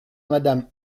madame